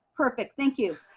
perfect. thank you.